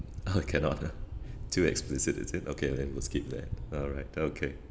oh cannot ah too explicit is it okay then we'll skip that alright okay